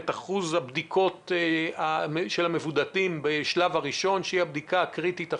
את אחוז הבדיקות של המבודדים בשלב הראשון זאת הבדיקה הקריטית החיונית,